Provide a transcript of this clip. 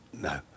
No